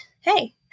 hey